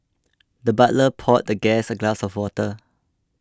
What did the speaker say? the butler poured the guest a glass of water